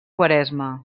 quaresma